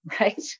right